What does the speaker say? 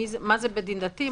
מה זה בית דין דתי,